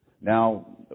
Now